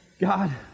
God